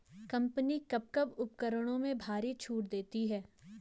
Company कब कब उपकरणों में भारी छूट देती हैं?